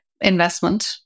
investment